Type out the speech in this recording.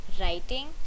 writing